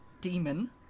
demon